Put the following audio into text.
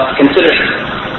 consideration